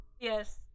Yes